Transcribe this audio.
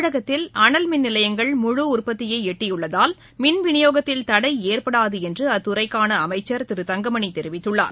தமிழகத்தில் அனல் மின் நிலையங்கள் முழு உற்பத்தியை எட்டியுள்ளதால் மின் விநியோகத்தில் தடை ஏற்படாது என்று அத்துறைக்கான அமைச்சர் திரு தங்கமணி தெரிவித்துள்ளார்